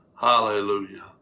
Hallelujah